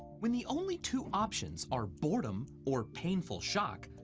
when the only two options are boredom or painful shock,